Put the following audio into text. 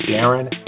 Darren